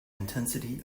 intensity